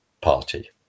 party